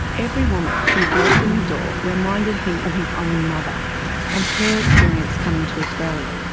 every woman who walked in the door reminded him of his own mother and her experience coming to australia,